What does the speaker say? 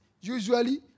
usually